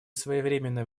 своевременное